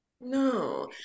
No